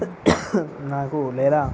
నాకు లేదా